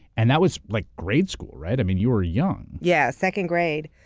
and that was like grade school, right? um and you were young. yeah. second grade.